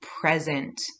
present